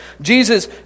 Jesus